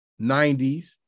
90s